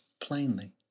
plainly